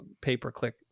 pay-per-click